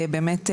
באמת,